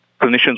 clinicians